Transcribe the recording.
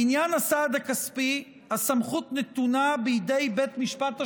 בעניין הסעד הכספים הסמכות נתונה בידי בית משפט השלום,